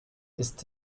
ist